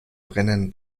brennen